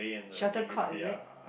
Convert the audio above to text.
shuttlecock is it